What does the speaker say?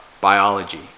biology